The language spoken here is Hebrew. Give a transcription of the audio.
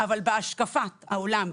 אבל בהשקפת העולם,